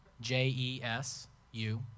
J-E-S-U